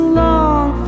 long